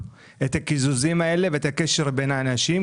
את הקיזוזים האלה ואת הקשר בין האנשים.